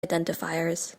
identifiers